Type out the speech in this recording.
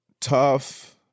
tough